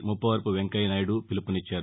ముప్పవరపు వెంకయ్య నాయుడు పిలుపునిచ్చారు